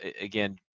again